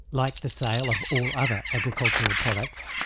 like the sale of all other agricultural products,